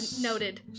noted